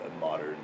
modern